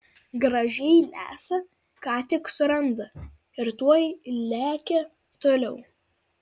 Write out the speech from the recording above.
gražiai lesa ką tik suranda ir tuoj lekia toliau